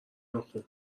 بخون